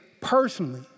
personally